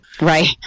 Right